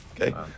okay